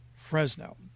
Fresno